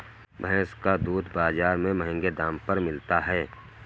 भैंस का दूध बाजार में महँगे दाम पर मिलता है